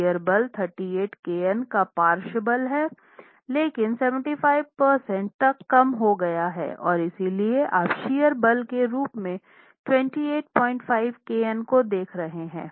shear बल 38 kN का पार्श्व बल हैं लेकिन 75 प्रतिशत तक कम हो गए हैं और इसलिए आप शियर बल के रूप में 285 kN को देख रहे हैं